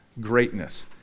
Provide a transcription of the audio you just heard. greatness